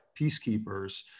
peacekeepers